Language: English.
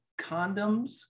condoms